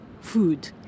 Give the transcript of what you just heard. food